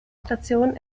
station